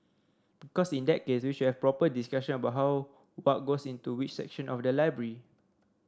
because in that case we should have a proper discussion about how what goes into which section of the library